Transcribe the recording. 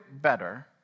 better